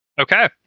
Okay